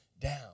down